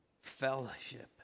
fellowship